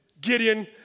Gideon